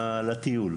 לטיול,